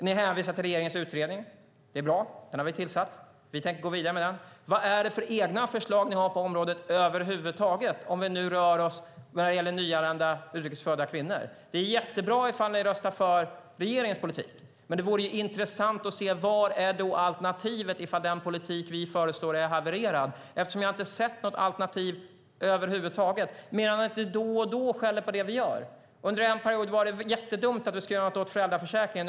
Ni hänvisar till regeringens utredning. Det är bra. Den har vi tillsatt, och vi tänker gå vidare med den. Vad är det för egna förslag ni har på området över huvud taget om vi nu rör oss med nyanlända utrikes födda kvinnor? Det är jättebra om in röstar för regeringens politik. Men det vore intressant att se vad alternativet är om den politik som vi föreslår är havererad. Jag har inte sett något alternativ över huvud taget mer än att ni då och då skäller på det vi gör. Under en period var det jättedumt att vi skulle göra någonting åt föräldraförsäkringen.